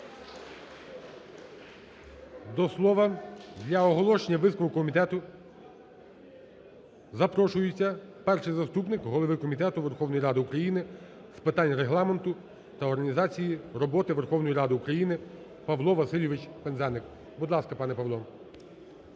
До слова для оголошення висновку комітету запрошується перший заступник голови Комітету Верховної Ради України з питань Регламенту та організації роботи Верховної Ради України Павло Васильович Пинзеник. Будь ласка, пане Павло.